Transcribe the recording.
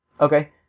Okay